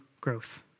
growth